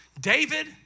David